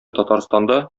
татарстанда